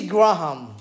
Graham